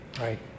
Right